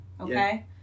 Okay